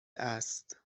است